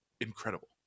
Incredible